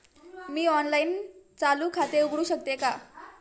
मी online चालू खाते उघडू शकते का?